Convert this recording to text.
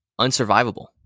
unsurvivable